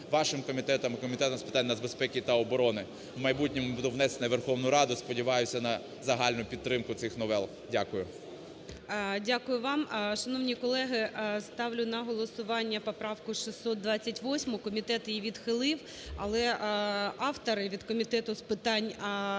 вашим комітетом і Комітетом з питань нацбезпеки та оборони. В майбутньому буде внесено у Верховну Раду, сподіваюсь, на загальну підтримку цих новел. Дякую. ГОЛОВУЮЧИЙ. Дякую вам. Шановні колеги, ставлю на голосування поправку 628. Комітет її відхилив, але автори від комітету з питань